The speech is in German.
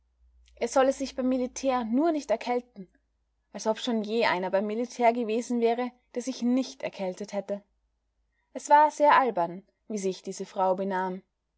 er solle sich beim militär nur nicht erkälten als ob schon je einer beim militär gewesen wäre der sich nicht erkältet hätte es war sehr albern wie sich diese frau benahm